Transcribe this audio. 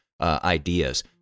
ideas